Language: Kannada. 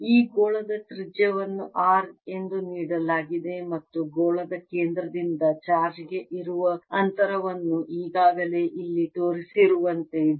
ಈ ಗೋಳದ ತ್ರಿಜ್ಯವನ್ನು R ಎಂದು ನೀಡಲಾಗಿದೆ ಮತ್ತು ಗೋಳದ ಕೇಂದ್ರದಿಂದ ಚಾರ್ಜ್ ಗೆ ಇರುವ ಅಂತರವನ್ನು ಈಗಾಗಲೇ ಇಲ್ಲಿ ತೋರಿಸಿರುವಂತೆ d